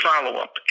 follow-up